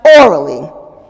orally